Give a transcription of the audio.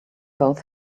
both